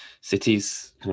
cities